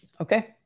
okay